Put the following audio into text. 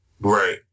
Right